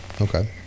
Okay